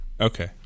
Okay